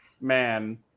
man